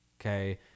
okay